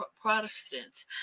protestants